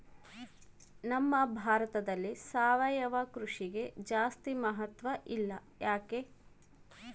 ನಮ್ಮ ಭಾರತದಲ್ಲಿ ಸಾವಯವ ಕೃಷಿಗೆ ಜಾಸ್ತಿ ಮಹತ್ವ ಇಲ್ಲ ಯಾಕೆ?